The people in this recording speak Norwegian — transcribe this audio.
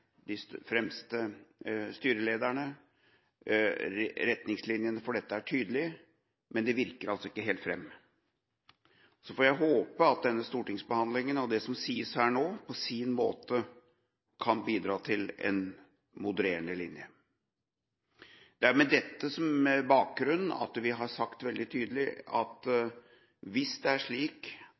de fremste styrelederne. Retningslinjene for dette er tydelige, men de virker altså ikke helt fram. Så får jeg håpe at stortingsbehandlingen og det som sies her nå, på sin måte kan bidra til en modererende linje. Det er med dette som bakgrunn at vi har sagt veldig tydelig at hvis det er slik